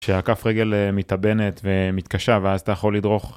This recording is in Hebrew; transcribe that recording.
כשכף רגל מתאבנת ומתקשה ואז אתה יכול לדרוך..